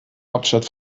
hauptstadt